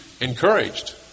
encouraged